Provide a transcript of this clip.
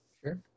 Sure